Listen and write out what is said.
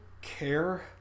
care